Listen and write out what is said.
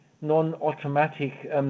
non-automatic